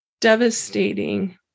devastating